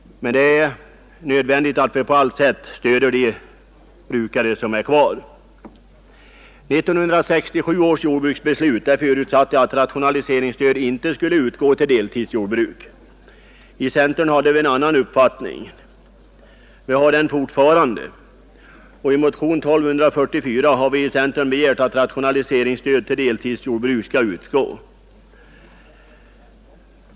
Det är nödvändigt att vi på allt sätt stöder de brukare som är kvar. 1967 års jordbruksbeslut förutsatte att rationaliseringsstöd inte skulle utgå till deltidsjordbruk. I centern hade vi en annan uppfattning, och vi har det fortfarande. I motion 1244 har vi i centern begärt att rationaliseringsstöd till deltidsjordbruk skall lämnas.